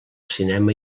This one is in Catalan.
cinema